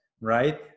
right